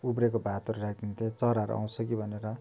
उब्रेको भातहरू राखिदिन्थे चराहरू आउँछ कि भनेर